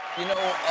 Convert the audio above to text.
you know,